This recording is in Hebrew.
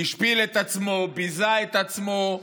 השפיל את עצמו, ביזה את עצמו.